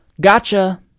Gotcha